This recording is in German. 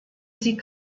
sie